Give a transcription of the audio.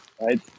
right